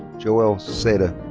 joel sada.